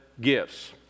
gifts